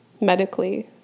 medically